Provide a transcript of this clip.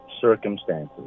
circumstances